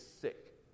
sick